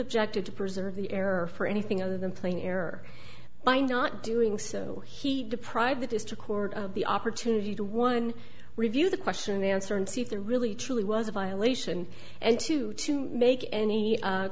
objected to preserve the error for anything other than plain error by not doing so he deprived it is to court of the opportunity to one review the question answer and see if there really truly was a violation and to to make any